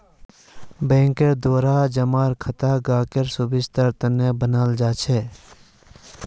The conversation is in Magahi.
बैंकेर द्वारा जमा खाता ग्राहकेर सुविधार तने बनाल जाछेक